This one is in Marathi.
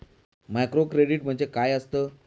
मायक्रोक्रेडिट म्हणजे काय असतं?